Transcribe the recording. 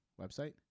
website